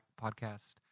Podcast